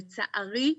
לצערי,